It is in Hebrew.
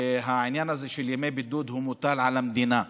העניין הזה של ימי בידוד מוטל על המדינה.